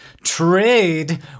trade